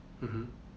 mmhmm